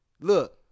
Look